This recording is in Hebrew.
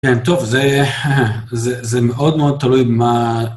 כן, טוב, זה מאוד מאוד תלוי מה...